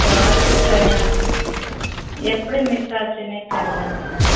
sorry sir அது எப்படி miss ஆச்சுனே தெர்யலங்க சார்